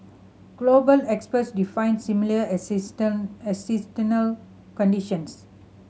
global experts define similar conditions